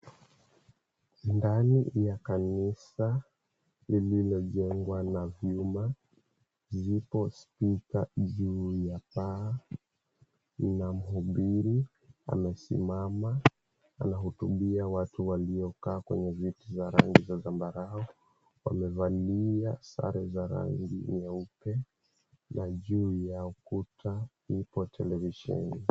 Ndani ya kanisa lililojengwa na vyuma, zipo spika juu ya paa na mhubiri amesimama anahutubia watu waliokaa kwenye viti za rangi ya zambarau. Wamevalia sare za rangi nyeupe, na juu ya ukuta ipo televisheni.